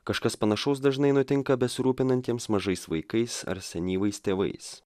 kažkas panašaus dažnai nutinka besirūpinantiems mažais vaikais ar senyvais tėvais